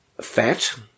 fat